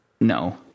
no